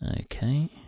Okay